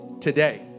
today